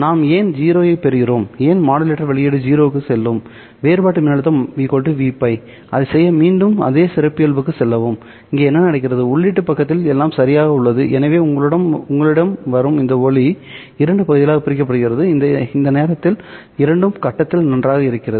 நாம் ஏன் 0 ஐப் பெறுகிறோம் ஏன் மாடுலேட்டர் வெளியீடு 0 க்குச் செல்லும் வேறுபாடு மின்னழுத்தம் Vπ அதைச் செய்ய மீண்டும் அதே சிறப்பியல்புக்கு செல்லவும் இங்கே என்ன நடக்கிறது உள்ளீட்டு பக்கத்தில் எல்லாம் சரியாக உள்ளது எனவே உங்களிடம் வரும் இந்த ஒளி இரண்டு பகுதிகளாகப் பிரிக்கப்படுகிறது இந்த நேரத்தில் இரண்டும் கட்டத்தில் நன்றாக இருக்கிறது